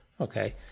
okay